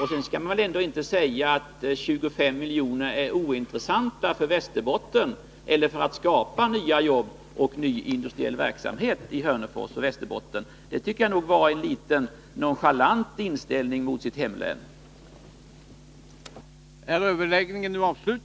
Det skall väl ändå inte sägas att 25 milj.kr. är ointressanta för Västerbotten eller för att skapa nya jobb och ny industriell verksamhet i Hörnefors och Västerbotten. Jag tycker nog att detta var en litet nonchalant inställning mot hemlänet.